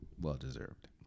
Well-deserved